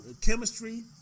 chemistry